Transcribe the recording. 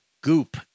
goop